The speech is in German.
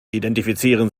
identifizieren